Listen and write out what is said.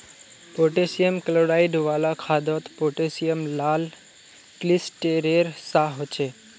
potassium chloride वाला खादोत potassium लाल क्लिस्तेरेर सा होछे